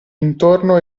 intorno